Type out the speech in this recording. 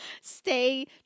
Stay